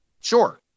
Sure